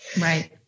Right